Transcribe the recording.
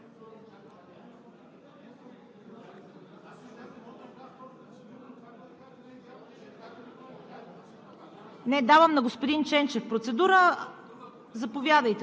Заповядайте, господин Ченчев.